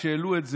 כשהעלו את זה,